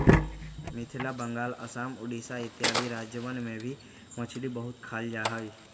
मिथिला बंगाल आसाम उड़ीसा इत्यादि राज्यवन में भी मछली बहुत खाल जाहई